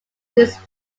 these